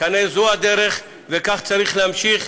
כנראה זו הדרך וכך צריך להמשיך,